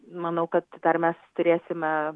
manau kad dar mes turėsime